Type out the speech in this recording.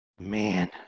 man